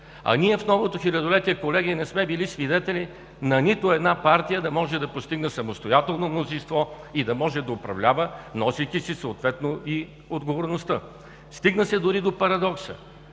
А ние в новото хилядолетие, колеги, не сме били свидетели на нито една партия да може да постигне самостоятелно мнозинство и да може да управлява, носейки си съответно и отговорността. Стигна се дори до парадокса: